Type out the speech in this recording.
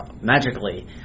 magically